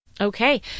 Okay